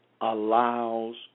allows